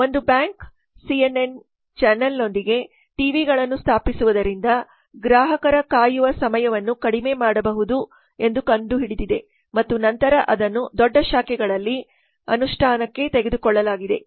ಒಂದು bank CNN ಚಾನೆಲ್ನೊಂದಿಗೆ ಟಿವಿಗಳನ್ನು ಸ್ಥಾಪಿಸುವುದರಿಂದ ಗ್ರಾಹಕರ ಕಾಯುವ ಸಮಯವನ್ನು ಕಡಿಮೆ ಮಾಡಬಹುದು ಎಂದು ಕಂಡುಹಿಡಿದಿದೆ ಮತ್ತು ನಂತರ ಅದನ್ನು ದೊಡ್ಡ ಶಾಖೆಗಳಲ್ಲಿ ಅನುಷ್ಠಾನಕ್ಕೆ ತೆಗೆದುಕೊಳ್ಳಲಾಗಿದೆ